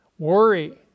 Worry